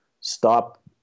stop